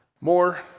more